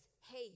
hey